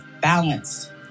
balanced